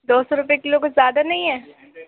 دو سو روپیے کلو کچھ زیادہ نہیں ہے